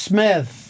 Smith